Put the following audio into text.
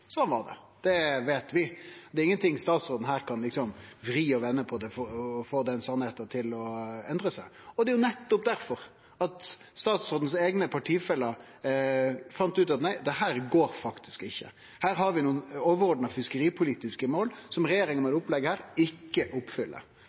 Sånn er det, det veit vi. Det er ingen ting statsråden her kan vri og vende på for å få den sanninga til å endre seg. Det er nettopp difor statsråden sine eigne partifellar fann ut at dette går faktisk ikkje. Her har vi nokre overordna fiskeripolitiske mål som regjeringa med